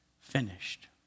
finished